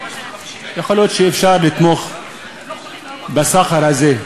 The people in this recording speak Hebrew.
יכול להיות שאפשר לתמוך בסחר הזה,